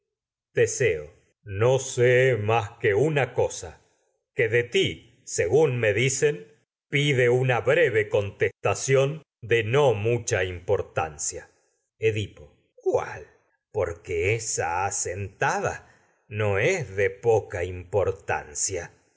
teseo no sé más que una cosa que de ti según me dicen pide una breve contestación de mucha importancia edipo cuál porque esa asentada no es de poca importancia